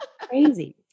Crazy